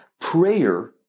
Prayer